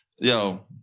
Yo